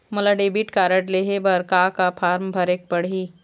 मोला debit card लेहे बर का का फार्म भरेक पड़ही?